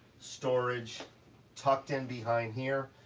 storage tucked in behind here,